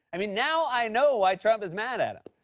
i mean, now i know why trump is mad at him.